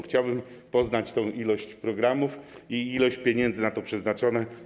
Chciałbym poznać ilość programów i ilość pieniędzy na to przeznaczonych.